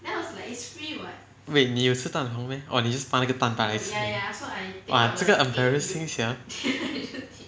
wait 你有吃蛋黄 meh orh 你 just 拔那个蛋白来吃 !whoa! 这个 embarrassing sia